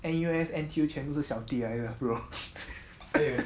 N_U_S N_T_U 全部是小弟的 bro